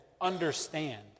understand